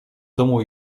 domu